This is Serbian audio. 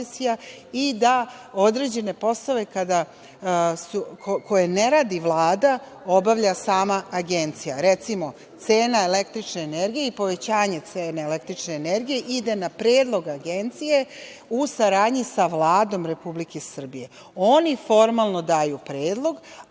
i da određene poslove koje ne radi Vlada, obavlja sama Agencija. Recimo, cena električne energije i povećanje cena električne energije ide na predlog Agencije, u saradnji sa Vladom Republike Srbije. On formalno daju predlog,